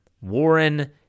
Warren